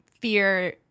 fear